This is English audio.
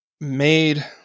made